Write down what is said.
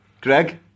Greg